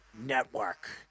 Network